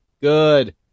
Good